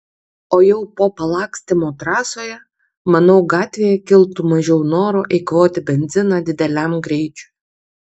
o jau po palakstymo trasoje manau gatvėje kiltų mažiau noro eikvoti benziną dideliam greičiui